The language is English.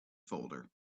folder